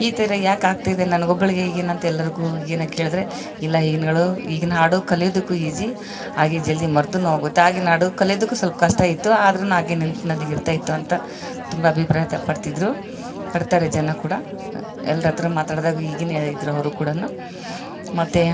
ಈ ಥರ ಯಾಕೆ ಆಗ್ತಾಯಿದೆ ನನಗೊಬ್ಬಳಿಗೆ ಹೀಗೆನ ಅಂತ ಎಲ್ಲರಿಗು ಏನೇ ಕೇಳಿದ್ರೇ ಇಲ್ಲ ಈಗಿನ ಈಗಿನ ಹಾಡು ಕಲಿಯೊದಕ್ಕು ಈಜಿ ಹಾಗೆ ಜಲ್ದಿ ಮರ್ತು ಹೊಗುತ್ತೆ ಆಗಿನ ಹಾಡು ಕಲಿಯೋದಕ್ಕು ಸ್ವಲ್ಪ ಕಷ್ಟ ಇತ್ತು ಆದ್ರೆ ಹಾಗೆ ನೆನ್ಪಿನಲ್ಲಿ ಇರ್ತಾಯಿತ್ತು ಅಂತ ತುಂಬ ಅಭಿಪ್ರಾಯತೆ ಪಡ್ತಿದ್ರು ಪಡ್ತಾರೆ ಜನ ಕೂಡ ಎಲ್ಲರ ಹತ್ರ ಮಾತಾಡಿದಾಗ ಈಗೇನು ಹೇಳಿದ್ರು ಅವರು ಕೂಡಾ ಮತ್ತು